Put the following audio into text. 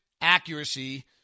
accuracy